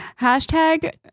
hashtag